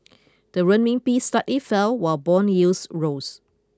the Renminbi slightly fell while bond yields rose